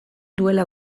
duela